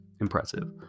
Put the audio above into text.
impressive